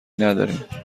نداریم